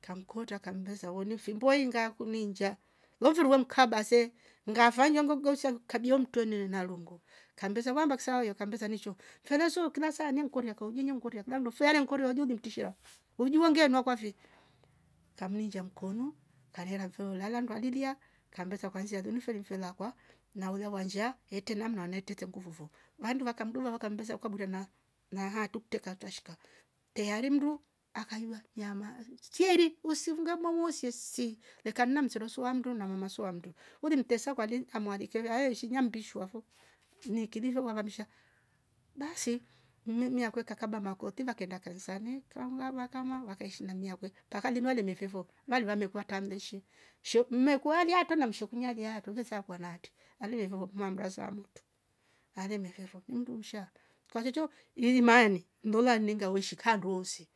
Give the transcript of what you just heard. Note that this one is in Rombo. kamkota kambesa woni fimboi ngakuninja lomfirwe mkabase ngafanya ungongo msego kabio mtweno na longo, kambesa vamba ksayo kambesa nicho feleso kila saa nyamkoria kauji nyamkoria dandofia nemkoria wajuribitishia uju wange nwa kwanave kamnjinja mkono karera mfoyo lala ndwalidia kambesa ukaanzia limiferi mfelekwa naula wanjia ete namnateta nguvu vo vandu vakamduva vakambesa ukabure na na hatukte kartashka teyari mndu akajua nyama chi- chichieri usivungama wosiesi lekanna mserwa suwadu na mama suwamdu ulimtesa ukale amwaleke awe shinya mbishwavo nikidive wakamsha basi mmia kwe kaba mako teva kaenda kanisani kaungaba kama wakaishi namia gwe paka lima limefevo valiva me kua tamleshi she mmekwelia ata mshokunya lia tuge sakwa nate aliwevo mamra samato alinifefa undumsha kwa chocho imane ndola ninga weishi kanduwosi